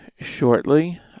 shortly